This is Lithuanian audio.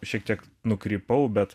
šiek tiek nukrypau bet